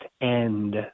end